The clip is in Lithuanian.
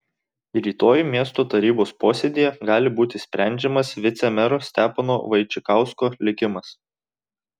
rytoj miesto tarybos posėdyje gali būti sprendžiamas vicemero stepono vaičikausko likimas